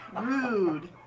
Rude